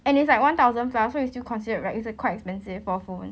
and it's like one thousand plus so it's still considered right is a quite expensive for a phone